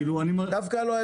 דווקא לא.